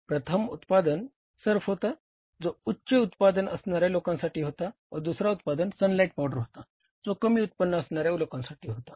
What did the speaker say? प्रथम उत्पादन सर्फ होता जो उच्च उत्पन्न असणाऱ्या लोकांसाठी होता व दुसरा उत्पादन सनलाईट पावडर होता जो कमी उत्पन्न असणाऱ्या लोकांसाठी होता